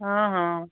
ହଁ ହଁ